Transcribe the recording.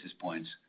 points